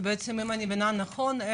שאם אני מבינה נכון,